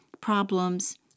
problems